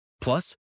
Plus